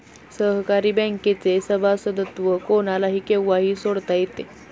सहकारी बँकेचे सभासदत्व कोणालाही केव्हाही सोडता येते